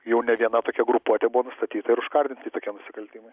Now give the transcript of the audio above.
jau ne viena tokia grupuotė buvo nustatyta ir užkardinti tokie nusikaltimai